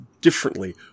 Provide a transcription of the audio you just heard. differently